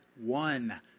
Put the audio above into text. one